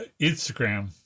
Instagram